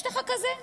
יש לך כזה,